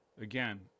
Again